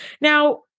now